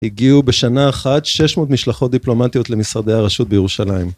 הגיעו, בשנה אחת, 600 משלחות דיפלומטיות למשרדי הרשות בירושלים.